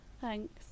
Thanks